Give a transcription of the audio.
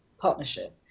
partnership